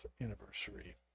anniversary